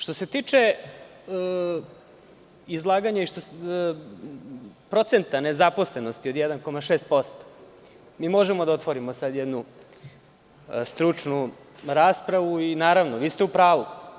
Što se tiče procenta nezaposlenosti od 1,6%, mi možemo da otvorimo sada jednu stručnu raspravu i naravno, vi ste u pravu.